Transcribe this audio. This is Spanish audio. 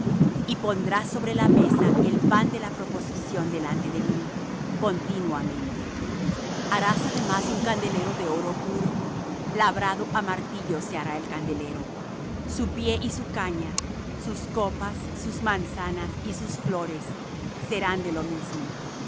y pondrás sobre la mesa el pan de la proposición delante de mí continuamente harás además un candelero de oro puro labrado á martillo se hará el candelero su pie y su caña sus copas sus manzanas y sus flores serán de lo mismo